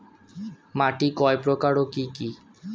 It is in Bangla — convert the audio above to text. মাটি কয় প্রকার ও কি কি?